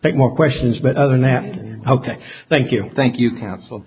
take more questions but other than that ok thank you thank you coun